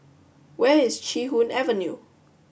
where is Chee Hoon Avenue